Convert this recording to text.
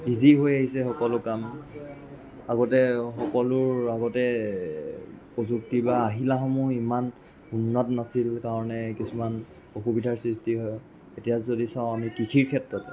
easy হৈ আহিছে সকলো কাম আগতে সকলোৰ আগতে প্ৰযুক্তি বা আহিলাসমূহো ইমান উন্নত নাছিল কাৰণে কিছুমান অসুবিধাৰ সৃষ্টি হয় এতিয়া যদি চাওঁ আমি কৃষিৰ ক্ষেত্ৰত